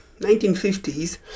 1950s